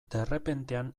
derrepentean